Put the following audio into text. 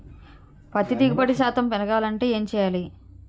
పత్తి దిగుబడి శాతం పెరగాలంటే ఏంటి చేయాలి?